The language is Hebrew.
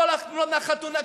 כל התמונות מהחתונה,